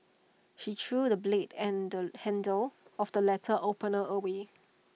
she threw the blade and handle of the letter opener away